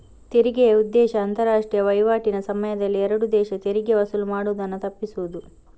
ತೆರಿಗೆಯ ಉದ್ದೇಶ ಅಂತಾರಾಷ್ಟ್ರೀಯ ವೈವಾಟಿನ ಸಮಯದಲ್ಲಿ ಎರಡು ದೇಶ ತೆರಿಗೆ ವಸೂಲು ಮಾಡುದನ್ನ ತಪ್ಪಿಸುದು